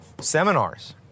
Seminars